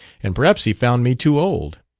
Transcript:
and perhaps he found me too old.